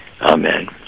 Amen